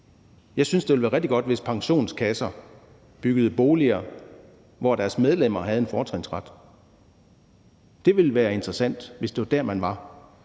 Jeg synes, det ville være rigtig godt, hvis pensionskasser byggede boliger, som deres medlemmer havde en fortrinsret til. Det ville være interessant, hvis det var der, man var.